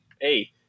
Hey